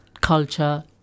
culture